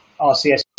RCS